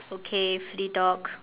okay free talk